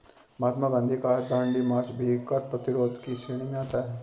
महात्मा गांधी का दांडी मार्च भी कर प्रतिरोध की श्रेणी में आता है